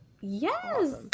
Yes